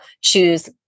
choose